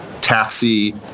taxi